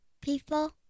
people